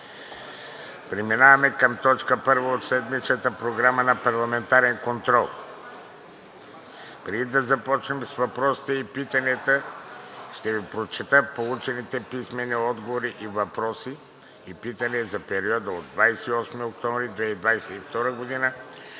Преминаваме към точка първа от седмичната програма: ПАРЛАМЕНТАРЕН КОНТРОЛ. Преди да започнем с въпросите и питанията, ще Ви прочета получените писмени отговори на въпроси и питания за периода от 28 октомври 2022 г.